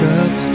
up